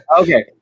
Okay